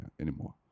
anymore